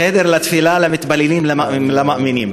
חדר תפילה למתפללים, למאמינים.